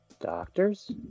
Doctors